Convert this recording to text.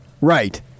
right